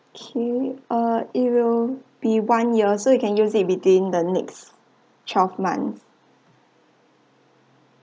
okay uh it will be one year so you can use it between the next twelve month